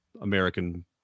American